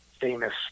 famous